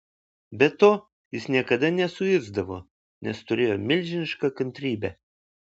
be to jis niekada nesuirzdavo nes turėjo milžinišką kantrybę